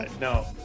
No